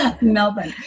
Melbourne